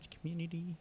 community